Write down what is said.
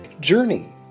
journey